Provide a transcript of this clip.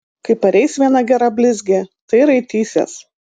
kai pareis viena gera blizgė tai raitysies